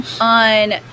on